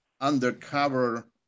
undercover